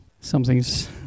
something's